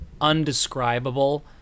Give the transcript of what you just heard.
undescribable